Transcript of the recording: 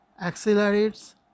accelerates